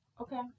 Okay